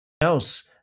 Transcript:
else